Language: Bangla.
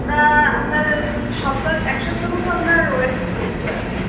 তা আমনার সপ্তাহ এক সপ্তাহ মতো আপনার ওয়েট একটু করতে হবে